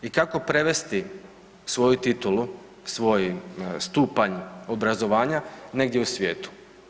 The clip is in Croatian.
I kako prevesti svoju titulu, svoj stupanj obrazovanja negdje u svijetu?